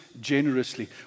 generously